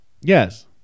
yes